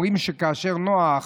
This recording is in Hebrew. אומרים שכאשר נוח,